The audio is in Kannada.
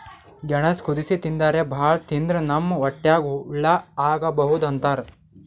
ಗೆಣಸ್ ಕುದಸಿ ತಿಂತಾರ್ ಭಾಳ್ ತಿಂದ್ರ್ ನಮ್ ಹೊಟ್ಯಾಗ್ ಹಳ್ಳಾ ಆಗಬಹುದ್ ಅಂತಾರ್